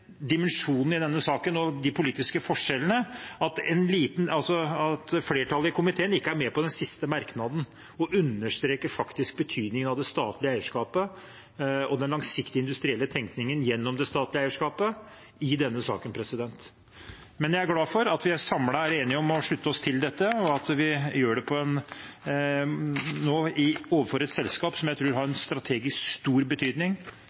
denne saken og de politiske forskjellene – at flertallet i komiteen ikke er med på den siste merknaden og understreker betydningen av det statlige eierskapet og den langsiktige industrielle tenkningen gjennom det statlige eierskapet i denne saken. Jeg er glad for at vi samlet er enige om å slutte oss til dette, og at vi gjør det nå overfor et selskap som jeg tror har strategisk stor betydning